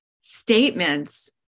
statements